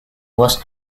was